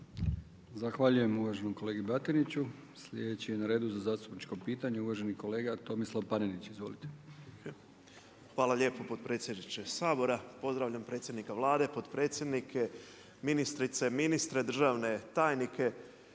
Zahvaljujem uvaženom kolegi Batiniću. Sljedeći je na redu za zastupnička pitanja uvaženi kolega Tomislav Panenić. Izvolite. **Panenić, Tomislav (MOST)** Hvala lijepo potpredsjedniče Sabora, pozdravljam predsjednika Vlade, potpredsjednike, ministrice, ministre, državne tajnike.